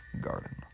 Garden